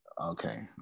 Okay